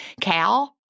Cal